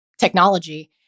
technology